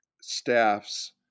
staffs